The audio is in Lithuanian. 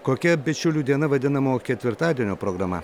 kokia bičiulių diena vadinama ketvirtadienio programa